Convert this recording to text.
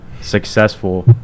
successful